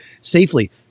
safely